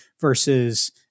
versus